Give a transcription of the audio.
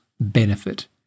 benefit